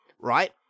right